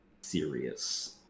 serious